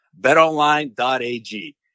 BetOnline.ag